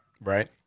Right